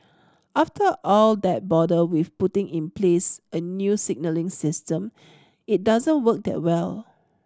after all that bother with putting in place a new signalling system it doesn't work that well